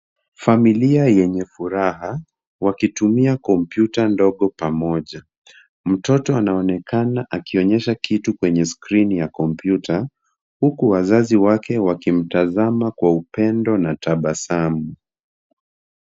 Familia yenye furaha wakitumia kompyuta ndogo pamoja. Mtoto anaonekana akionyesha kitu kwenye skrini ya kompyuta, huku wazazi wake wakimtazama kwa upendo na tabasamu.